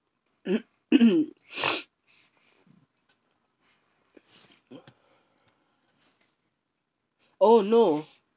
oh no